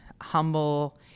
humble